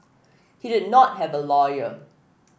he did not have a lawyer